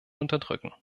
unterdrücken